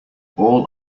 all